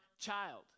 child